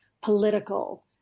political